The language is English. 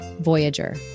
Voyager